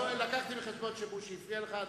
הבאתי בחשבון שבוז'י הפריע לך.